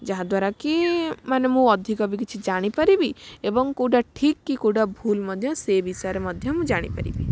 ଯାହାଦ୍ୱାରା କି ମାନେ ମୁଁ ଅଧିକ ବି କିଛି ଜାଣି ପାରିବି ଏବଂ କେଉଁଟା ଠିକ୍ କି କେଉଁଟା ଭୁଲ୍ ମଧ୍ୟ ସେ ବିଷୟରେ ମଧ୍ୟ ମୁଁ ଜାଣି ପାରିବି